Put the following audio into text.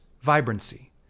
vibrancy